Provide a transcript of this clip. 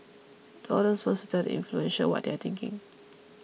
the audience wants to tell the influential what they are thinking